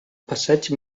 passeig